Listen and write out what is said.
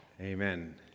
Amen